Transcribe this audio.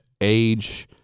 age